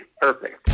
Perfect